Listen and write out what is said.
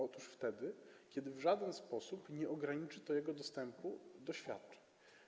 Otóż wtedy, kiedy w żaden sposób nie ograniczy to jego dostępu do świadczeń.